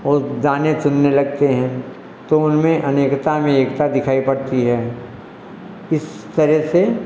वह दाने चुनने लगते हैं तो उनमें अनेकता में एकता दिखाई पड़ती है इस तरह से